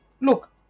Look